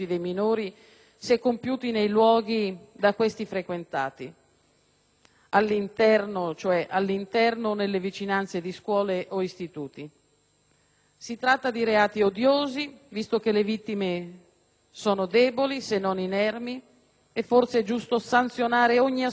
frequentati, cioè all'interno o nelle vicinanze di scuole o istituti di istruzione o formazione. Si tratta di reati odiosi, visto che le vittime sono deboli, se non inermi, e forse è giusto sanzionare ogni aspetto di chi approfitta di questa debolezza.